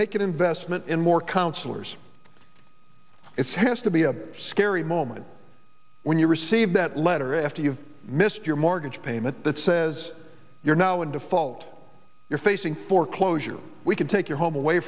make an investment in more counselors is has to be a scary moment when you receive that letter after you've missed your mortgage payment that says you're now in default you're facing foreclosure we can take your home away